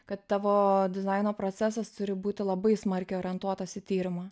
kad tavo dizaino procesas turi būti labai smarkiai orientuotas į tyrimą